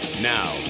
Now